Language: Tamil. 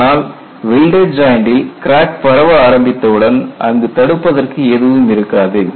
ஆனால் வெல்டட் ஜாயின்டில் கிராக் பரவ ஆரம்பித்தவுடன் அங்கு தடுப்பதற்கு எதுவும் இருக்காது